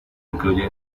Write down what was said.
incluye